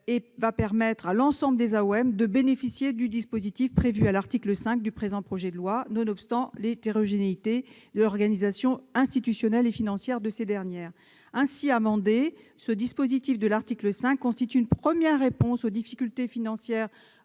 permettant à l'ensemble des AOM de bénéficier du dispositif prévu à l'article 5 du présent projet de loi, nonobstant l'hétérogénéité de l'organisation institutionnelle et financière de ces dernières. Ainsi amendé, ce dispositif constituera une première réponse aux difficultés financières